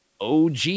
og